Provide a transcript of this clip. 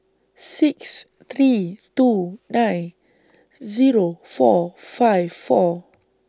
six three two nine Zero four five four